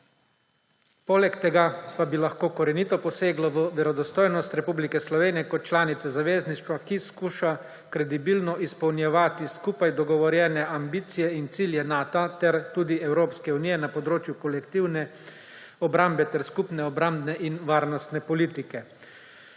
Poleg tega pa bi lahko korenito poseglo v verodostojnost Republike Slovenije kot članice zavezništva, ki skuša kredibilno izpolnjevati skupaj dogovorjene ambicije in cilje Nata ter tudi Evropske unije na področju kolektivne obrambe ter skupne obrambne in varnostne politike.